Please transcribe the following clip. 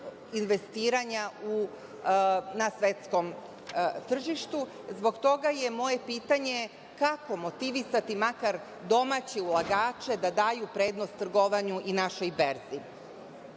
investiranja na svetskom tržištu. Zbog toga je moje pitanje kako motivisati makar domaće ulagače da daju prednost trgovanju i našoj